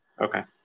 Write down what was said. okay